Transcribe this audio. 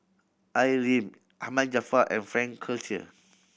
Al Lim Ahmad Jaafar and Frank Cloutier